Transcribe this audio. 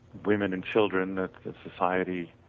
women and children in the society,